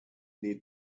need